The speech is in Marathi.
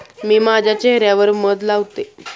मी माझ्या चेह यावर मध लावते